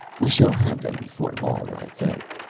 we shall have them before long, i think.